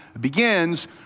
begins